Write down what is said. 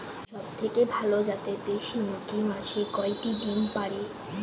সবথেকে ভালো জাতের দেশি মুরগি মাসে কয়টি ডিম পাড়ে?